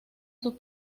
sus